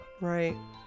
right